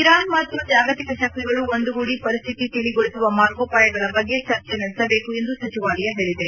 Iran ಮತ್ತು ಜಾಗತಿಕ ಶಕ್ತಿಗಳು ಒಂದುಗೂಡಿ ಪರಿಸ್ಟಿತಿ ತಿಳಗೊಳಿಸುವ ಮಾರ್ಗೋಪಾಯಗಳ ಬಗ್ಗೆ ಚರ್ಚೆ ನಡೆಸಬೇಕು ಎಂದು ಸಚಿವಾಲಯ ಹೇಳಿದೆ